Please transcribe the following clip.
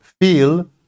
feel